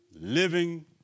living